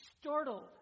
startled